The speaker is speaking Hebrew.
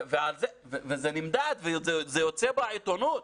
וזה נמדד וזה יוצא בעיתונות.